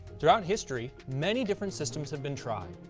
throughout history, many different systems have been tried.